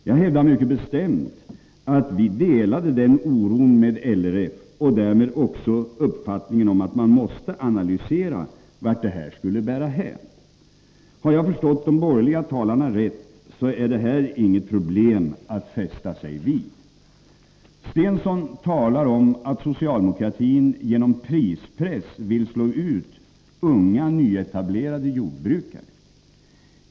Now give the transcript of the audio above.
Jag hävdar mycket bestämt att vi delade den oron med LRF och därmed också uppfattningen att man måste analysera frågan om vart detta skall bära hän. Men om jag har förstått de borgerliga talarna rätt, är detta inget problem att fästa sig vid. Börje Stensson talade om att socialdemokratin genom prispress ville slå ut unga, nyetablerade jordbrukare.